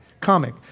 comic